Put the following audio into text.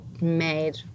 made